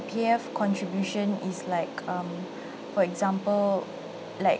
C_P_F contribution is like um for example like